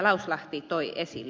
lauslahti toi esille